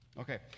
okay